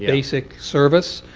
basic service.